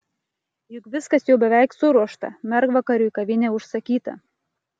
juk viskas jau beveik suruošta mergvakariui kavinė užsakyta